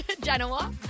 Genoa